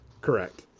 Correct